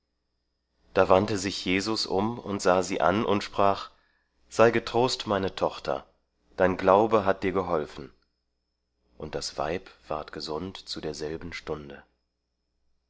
da wandte sich jesus um und sah sie und sprach sei getrost meine tochter dein glaube hat dir geholfen und das weib ward gesund zu derselben stunde